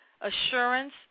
assurance